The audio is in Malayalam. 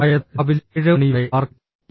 അതായത് രാവിലെ 7 മണിയോടെ പാർക്കിൽ